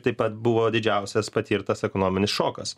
taip pat buvo didžiausias patirtas ekonominis šokas